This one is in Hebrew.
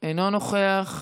אינו נוכח,